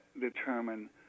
determine